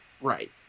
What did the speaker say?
Right